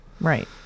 right